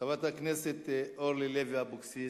חברת הכנסת אורלי לוי אבקסיס,